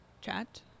Chat